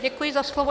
Děkuji za slovo.